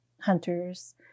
hunters